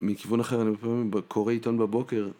מכיוון אחר, אני לפעמים קורא עיתון בבוקר.